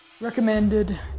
recommended